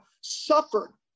suffered